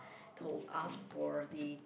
told ask for the